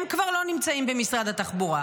הם כבר לא נמצאים במשרד התחבורה.